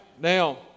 Now